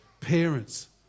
parents